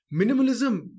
Minimalism